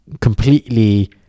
completely